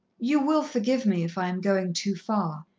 you will forgive me if i am going too far,